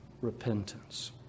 repentance